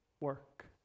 work